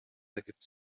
ergibt